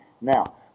Now